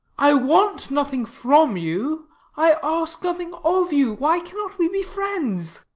i want nothing from you i ask nothing of you why cannot we be friends?